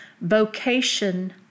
vocation